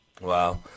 Wow